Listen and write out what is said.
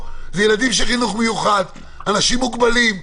ילדים בחינוך מיוחד ואנשים מוגבלים.